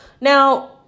Now